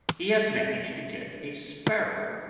he has managed to get a sparrow,